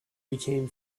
became